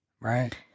Right